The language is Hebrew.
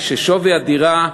כששווי הדירה גדל,